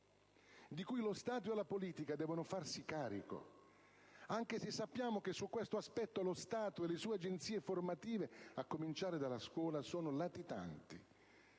di cui lo Stato e la politica devono farsi carico anche se sappiamo che su questo aspetto lo Stato e le sue agenzie formative (a cominciare dalla scuola) sono latitanti,